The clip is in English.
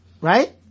right